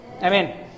Amen